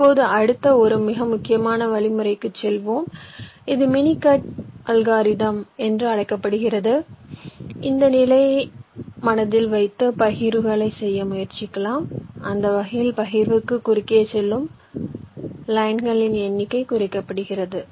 இப்போது அடுத்து ஒரு மிக முக்கியமான வழிமுறைகளுக்குச் செல்வோம் இது மினி கட் அல்காரிதம் என்று அழைக்கப்படுகிறது இந்த நிலையை மனதில் வைத்து பகிர்வுகளை செய்ய முயற்சிக்கிறேன் அந்த வகையில் பகிர்வுக்கு குறுக்கே செல்லும் லைன்களின் எண்ணிக்கை குறைக்கப்படுகிறது